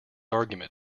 argument